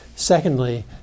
Secondly